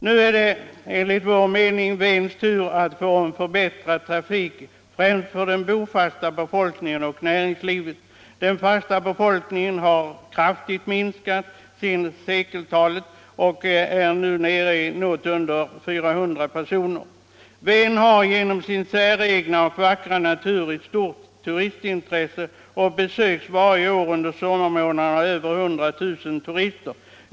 Nu är det Vens tur att få förbättrad trafik, främst för den bofasta 21 befolkningen och näringslivet. Den fasta befolkningen har kraftigt minskat från ca 1 100 personer vid sekelskiftet till nu under 400 personer. Ven har genom sin säregna och vackra natur ett stort turistintresse och besöks varje år under sommarmånaderna av över 100 000 turister.